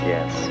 Yes